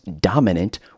dominant